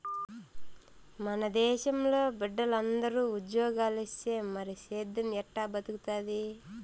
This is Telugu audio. మన దేశంలో బిడ్డలందరూ ఉజ్జోగాలిస్తే మరి సేద్దెం ఎట్టా బతుకుతాది